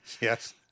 Yes